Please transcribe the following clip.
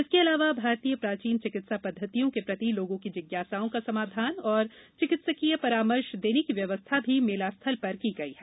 इसके अलावा भारतीय प्राचीन चिकित्सा पद्धतियों के प्रति लोगों की जिज्ञासाओं का समाधान और चिकित्सकीय परामर्श देने की व्यवस्था भी मेलास्थल पर की गई है